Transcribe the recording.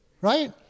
right